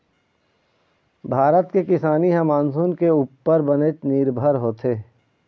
भारत के किसानी ह मानसून के उप्पर बनेच निरभर होथे